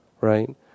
right